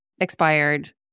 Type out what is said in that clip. expired